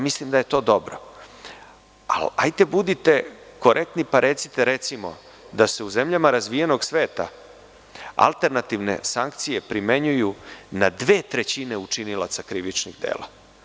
Mislim da je to dobro, ali hajde budite korektni pa recite, recimo, da se u zemljama razvijenog sveta alternativne sankcije primenjuju na dve trećine učinilaca krivičnih dela.